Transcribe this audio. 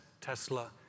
Tesla